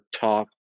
talk